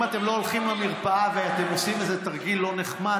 אם אתם לא הולכים למרפאה ואתם עושים איזה תרגיל לא נחמד,